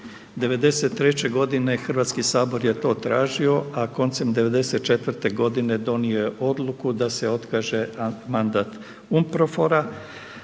'93. godine Hrvatski sabor je to tražio, a koncem '94. godine donio je odluku da se otkaže mandat UNPROFOR-a